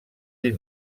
ell